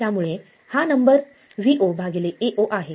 त्यामुळे येथे हा नंबर VoAoआहे